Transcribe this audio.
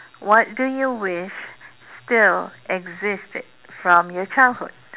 what do you wish still existed from your childhood